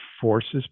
forces